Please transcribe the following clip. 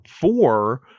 four